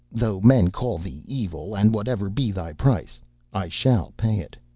though men call thee evil, and whatever be thy price i shall pay it